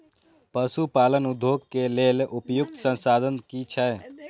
पशु पालन उद्योग के लेल उपयुक्त संसाधन की छै?